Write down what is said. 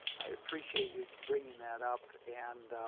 i appreciate you bringing that up and